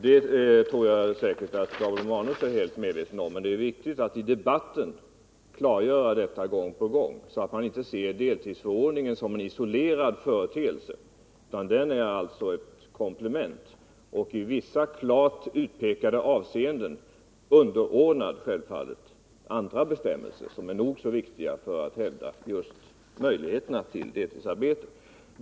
Detta tror jag säkert att Gabriel Romanus är helt medveten om, men det är ändå viktigt att i debatten klargöra detta gång på gång, så att deltidsförordningen inte ses som en isolerad företeelse. Den är alltså ett komplement och i vissa klart utpekade avseenden självfallet underordnad andra bestämmelser som är nog så viktiga för att hävda just möjligheterna till deltidsarbete.